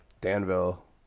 Danville